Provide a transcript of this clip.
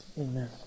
Amen